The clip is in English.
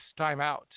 timeout